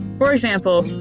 for example,